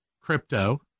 crypto